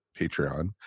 Patreon